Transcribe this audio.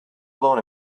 blown